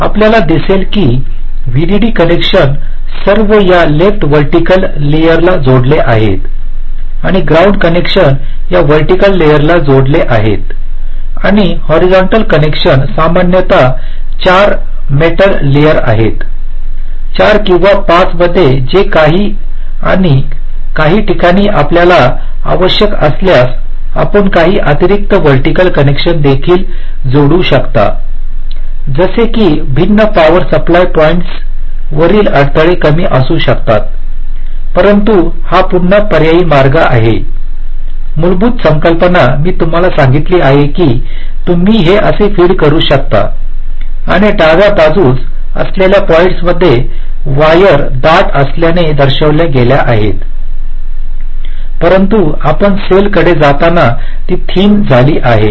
आपल्याला दिसेल की व्हीडीडी कनेक्शन सर्व या लेफ्ट व्हर्टिकल लेयरला जोडलेले आहेत आणि ग्राउंड कनेक्शन या व्हर्टिकल लेयरला जोडलेले आहे आणि हॉरिझंटल कनेक्शन सामान्यतः 4 मेटलवर आहेत 4 किंवा 5 मध्ये जे काही आणि काही ठिकाणी आपल्याला आवश्यक असल्यास आपण काही अतिरिक्त व्हर्टिकल कनेक्शन देखील जोडू शकता जसे की भिन्न पॉवर सप्लाय पॉईंट्सवरील अडथळे कमी असू शकतात परंतु हा पुन्हा पर्यायी मार्ग आहे मूलभूत संकल्पना मी तुम्हाला सांगितले आहे की तुम्ही हे असे फीड करू शकता आणि डाव्या बाजूस असलेल्या पॉईंट्स मध्ये वायर दाट असल्याचे दर्शविल्या गेल्या आहेत परंतु आपण सेलकडे जाताना ती थिन झाली आहे